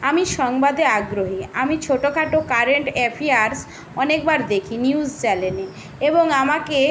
আমি সংবাদে আগ্রহী আমি ছোটখাটো কারেন্ট অ্যাফিয়ার্স অনেকবার দেখি নিউজ চ্যানেলে এবং আমাকে